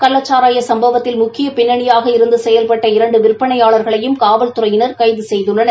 கள்ளச்சாராய சும்பவத்தில் முக்கிய பின்னணியாக இருந்து செயல்பட்ட இரண்டு விற்பனையாளர்களையும் காவல்துறையினர் கைது செய்துள்ளனர்